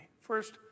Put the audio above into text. First